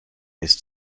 ist